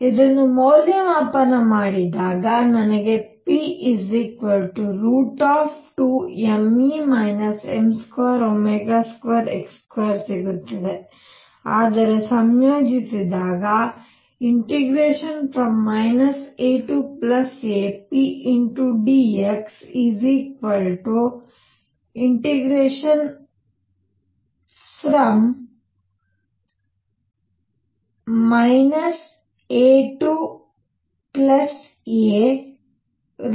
ಇದನ್ನು ಮೌಲ್ಯಮಾಪನ ಮಾಡಿದಾಗ ನನಗೆ p √ ಸಿಗುತ್ತದೆ ಆದರೆ ಸಂಯೋಜಿಸಿದಾಗ AApdx AA2mE m22x2 dx